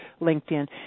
linkedin